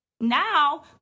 Now